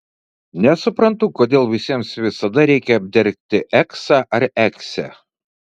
nesuprantu kodėl visiems visada reikia apdergti eksą ar eksę